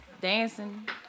dancing